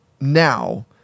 now